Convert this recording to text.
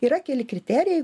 yra keli kriterijai